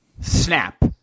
Snap